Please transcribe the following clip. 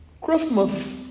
Christmas